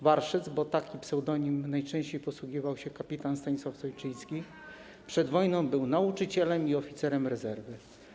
Warszyc”, bo takim pseudonimem najczęściej posługiwał się kpt. Stanisław Sojczyński, przed wojną był nauczycielem i oficerem rezerwy.